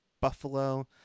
Buffalo